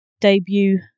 debut